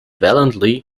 valiantly